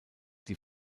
die